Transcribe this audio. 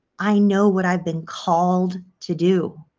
i know what i've been called to do.